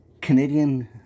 Canadian